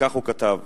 וכך הוא כתב: